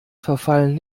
verfallen